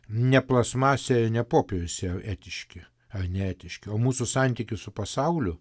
ne plastmasė ir ne popierius yra etiški ar neetiški o mūsų santykis su pasauliu